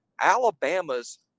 Alabama's